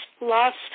lost